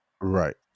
right